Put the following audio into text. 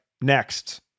Next